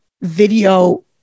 video